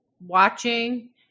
watching